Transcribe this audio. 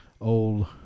old